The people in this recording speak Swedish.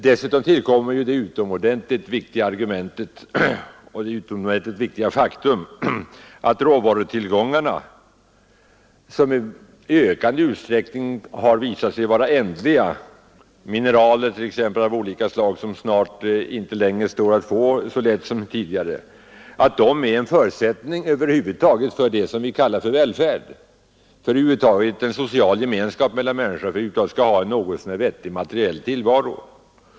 Dessutom tillkommer det utomordentligt viktiga faktum att ändliga råvarutillgångar, t.ex. mineraler av olika slag som snart inte står att få så lätt som tidigare, är en förutsättning för det som vi kallar välfärd, för social gemenskap över huvud taget mellan människor och för att vi skall kunna leva en materiellt något så när ombonad tillvaro.